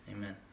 Amen